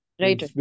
Right